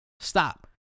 Stop